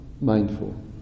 mindful